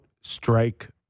strike